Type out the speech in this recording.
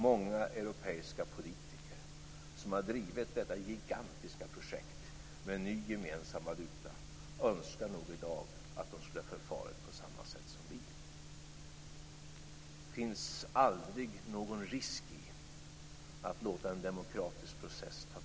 Många europeiska politiker som har drivit detta gigantiska projekt med en ny gemensam valuta önskar nog i dag att de skulle ha förfarit på samma sätt som vi. Det finns aldrig någon risk i att låta en demokratisk process ta tid.